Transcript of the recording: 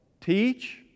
teach